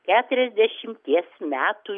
keturiasdešimties metų